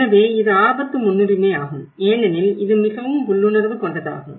எனவே இது ஆபத்து முன்னுரிமையாகும் ஏனெனில் இது மிகவும் உள்ளுணர்வு கொண்டதாகும்